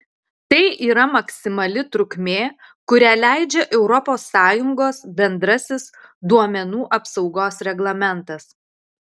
tai yra maksimali trukmė kurią leidžia europos sąjungos bendrasis duomenų apsaugos reglamentas